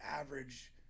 average